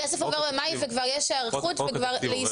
הכסף עובר במאי וכבר יש היערכות ליישום.